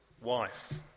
wife